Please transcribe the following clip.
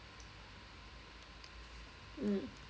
mm